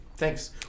Thanks